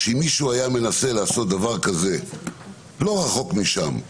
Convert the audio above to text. שאם מישהו היה מנסה לעשות דבר כזה לא רחוק משם,